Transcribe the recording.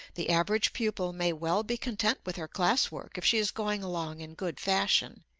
the average pupil may well be content with her class work if she is going along in good fashion,